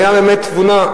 והיתה תבונה,